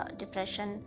depression